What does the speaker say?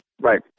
Right